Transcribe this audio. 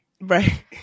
Right